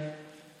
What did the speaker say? שלהם.